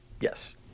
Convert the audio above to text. Yes